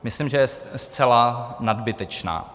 Myslím, že je zcela nadbytečná.